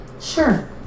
Sure